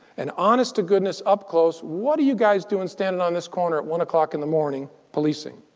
an honest to goodness, up close, what are you guys doing standing on this corner at one o'clock in the morning policing.